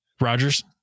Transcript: Rodgers